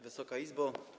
Wysoka Izbo!